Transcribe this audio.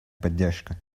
поддержка